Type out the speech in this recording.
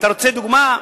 אתה רוצה דוגמה?